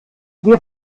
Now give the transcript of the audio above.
wir